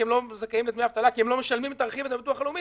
כי הם לא משלמים את הרכיב הזה לביטוח הלאומי.